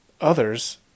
others